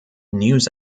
news